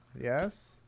Yes